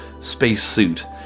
spacesuit